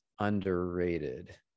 underrated